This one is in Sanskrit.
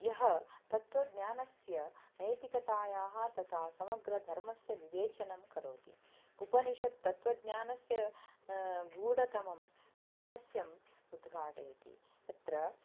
यः तत्त्वज्ञानस्य नैतिकतायाः तथा समग्रधर्मस्य विवेचनं करोति उपनिषत् तत्त्वज्ञानस्य गूढतमं रहस्यम् उद्घाटयति अत्र